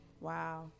Wow